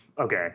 okay